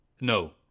No